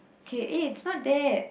K eh it's not that